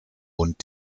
und